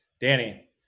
Danny